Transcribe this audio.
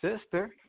sister